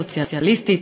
הסוציאליסטית,